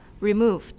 removed